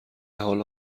حالا